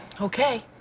Okay